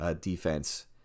defense